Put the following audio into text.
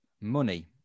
money